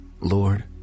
Lord